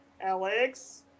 Alex